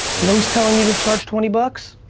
you know who's telling you to charge twenty bucks?